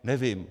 Nevím.